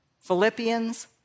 Philippians